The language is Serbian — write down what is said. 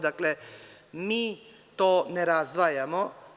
Dakle, mi to ne razdvajamo.